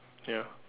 ya